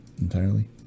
entirely